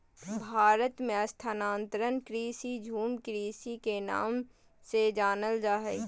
भारत मे स्थानांतरण कृषि, झूम कृषि के नाम से जानल जा हय